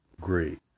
great